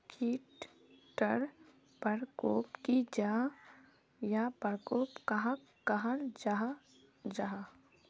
कीट टर परकोप की जाहा या परकोप कहाक कहाल जाहा जाहा?